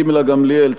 גילה גמליאל,